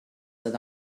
that